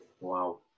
Wow